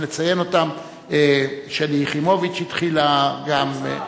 לציין אותם: שלי יחימוביץ התחילה גם,